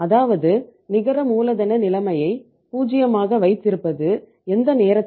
அதாவது நிகர மூலதன நிலைமையை 0 வைத்திருப்பது எந்த நேரத்திலும்